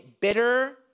bitter